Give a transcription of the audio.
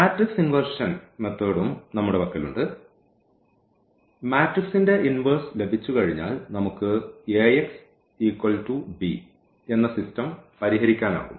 matrix inversion മെത്തേഡും നമ്മളുടെ പക്കലുണ്ട് മാട്രിക്സിന്റെ ഇൻവേഴ്സ് ലഭിച്ചുകഴിഞ്ഞാൽ നമുക്ക് Axb എന്ന സിസ്റ്റം പരിഹരിക്കാനാകും